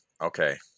okay